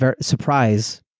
surprise